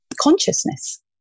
consciousness